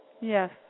Yes